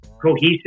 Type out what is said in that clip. cohesive